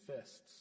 fists